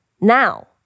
Now